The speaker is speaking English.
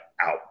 out